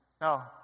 Now